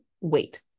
Wait